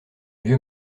vieux